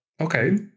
okay